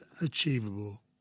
achievable